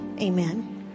Amen